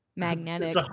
Magnetic